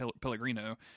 Pellegrino